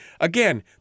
Again